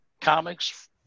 comics